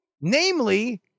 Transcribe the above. namely